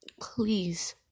please